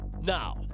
Now